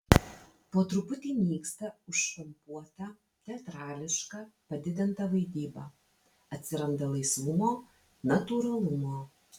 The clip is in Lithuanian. po truputį nyksta užštampuota teatrališka padidinta vaidyba atsiranda laisvumo natūralumo